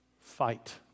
Fight